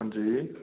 हंजी